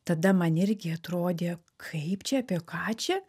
tada man irgi atrodė kaip čia apie ką čia